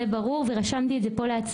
זה ברור ורשמתי את זה פה לפניי.